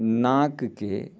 नाकके